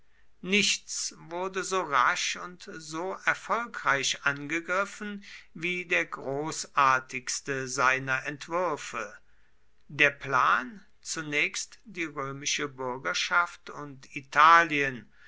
nichts wurde so rasch und so erfolgreich angegriffen wie der großartigste seiner entwürfe der plan zunächst die römische bürgerschaft und italien